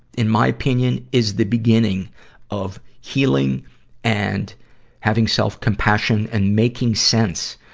in my opinion, is the beginning of healing and having self-compassion and making sense,